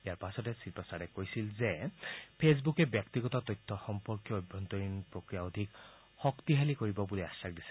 ইয়াৰ পাছতে শ্ৰী প্ৰসাদে কৈছিল যে ফেচবুকে ব্যক্তিগত তথ্য সম্পৰ্কীয় অভ্যন্তৰীণ প্ৰক্ৰিয়া অধিক শক্তিশালী কৰিব বুলি আখাস দিছে